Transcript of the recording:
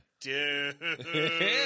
dude